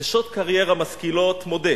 "נשות קריירה משכילות", מודה,